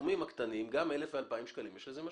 בסכומים הקטנים, גם לאלף-אלפיים שקלים יש משמעות.